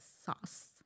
sauce